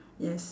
yes